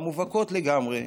המובהקות לגמרי,